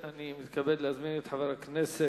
אני מתכבד להזמין את חבר הכנסת